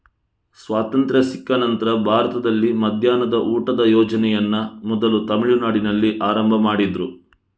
ಸ್ವಾತಂತ್ರ್ಯ ಸಿಕ್ಕ ನಂತ್ರ ಭಾರತದಲ್ಲಿ ಮಧ್ಯಾಹ್ನದ ಊಟದ ಯೋಜನೆಯನ್ನ ಮೊದಲು ತಮಿಳುನಾಡಿನಲ್ಲಿ ಆರಂಭ ಮಾಡಿದ್ರು